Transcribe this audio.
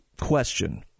question